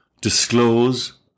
disclose